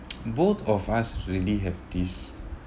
both of us really have this